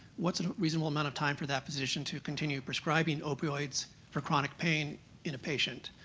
what's a reasonable amount of time for that physician to continue prescribing opioids for chronic pain in a patient?